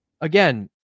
again